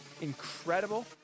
Incredible